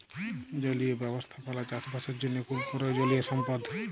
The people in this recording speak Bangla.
জলীয় ব্যবস্থাপালা চাষ বাসের জ্যনহে খুব পরয়োজলিয় সম্পদ